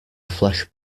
flesh